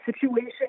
situation